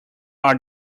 are